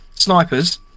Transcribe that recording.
snipers